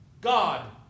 God